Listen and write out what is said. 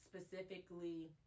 specifically